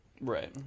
Right